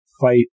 fight